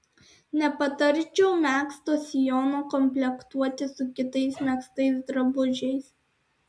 nepatarčiau megzto sijono komplektuoti su kitais megztais drabužiais